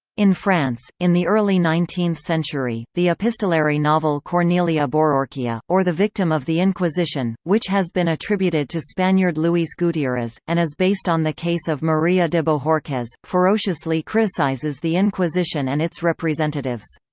in france, in the early nineteenth century, the epistolary novel cornelia bororquia, or the victim of the inquisition, which has been attributed to spaniard luiz gutierrez, and is based on the case of maria de bohorquez, ferociously criticizes the inquisition and its representatives.